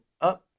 up